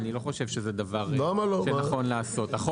אני לא חושב שזה דבר שנכון לעשות.